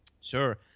Sure